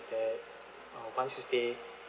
is that once you stay